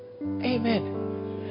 Amen